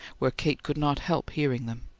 where kate could not help hearing them.